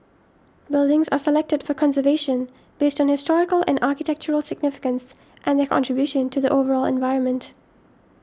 buildings are selected for conservation based on historical and architectural significance and their contribution to the overall environment